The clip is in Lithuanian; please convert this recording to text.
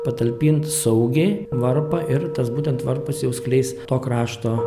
patalpint saugiai varpą ir tas būtent varpas jau skleis to krašto